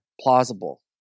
plausible